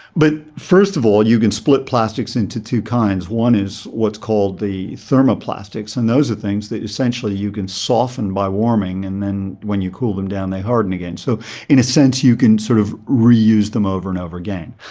but first of all you can split plastics into two kinds. one is what's called the thermoplastics, and those are things that essentially you can soften by warming, and then when you cool them down they harden again. so in a sense you can sort of reuse them over and over again.